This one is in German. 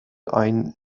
ein